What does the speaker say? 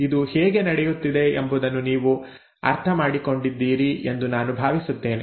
ಇದು ಹೇಗೆ ನಡೆಯುತ್ತಿದೆ ಎಂಬುದನ್ನು ನೀವು ಅರ್ಥಮಾಡಿಕೊಂಡಿದ್ದೀರಿ ಎಂದು ನಾನು ಭಾವಿಸುತ್ತೇನೆ